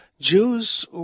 Jews